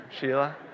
Sheila